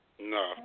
No